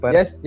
Yes